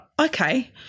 okay